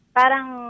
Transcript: parang